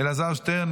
אלעזר שטרן,